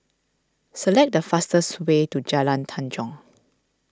select the fastest way to Jalan Tanjong